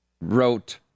wrote